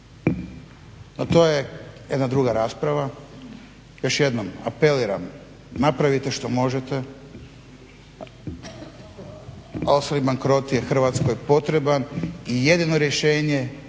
to je jedna druga rasprava. Još jednom apeliram, napravite što možete. Osobni bankrot je Hrvatskoj potreban i jedino rješenje